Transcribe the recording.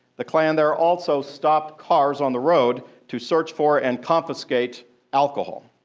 the klan there also stopped cars on the road to search for and confiscate alcohol.